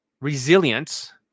resilience